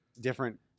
Different